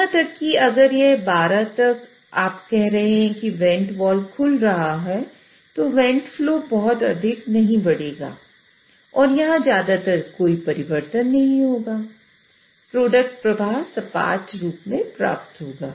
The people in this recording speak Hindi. यहां तक कि अगर यहां 12 तक आप कह रहे हैं कि वेंट वाल्व खुल रहा है तो वेंट फ्लो बहुत अधिक नहीं बढ़ेगा और यहां यह ज्यादातर कोई परिवर्तन नहीं होगा प्रोडक्ट प्रवाह सपाट रूप में प्राप्त होगा